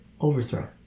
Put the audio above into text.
overthrow